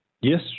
Yes